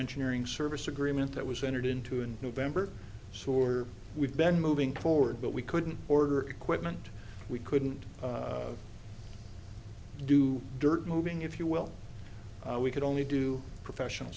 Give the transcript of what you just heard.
engineering service agreement that was entered into in november so are we've been moving forward but we couldn't order equipment we couldn't do dirt moving if you will we could only do professional